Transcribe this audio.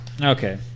Okay